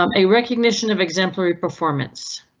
um a recognition of exemplary performance.